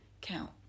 count